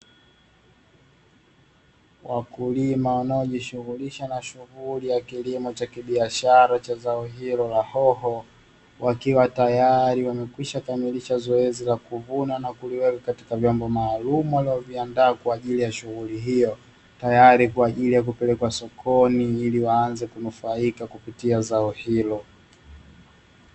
Wakulima wanaojishughulisha na shughuli ya kilimo cha kibiashara cha zao hilo la hoho, wakiwa tayari wamekwisha kamilisha zoezi la kuvuna na kuliweka katika vyombo maalumu walivyoviandaa kwa ajili ya shughuli hiyo, tayari kwa ajili ya kupelekwa sokoni ili waanze kunufaika kupitia zao hilo.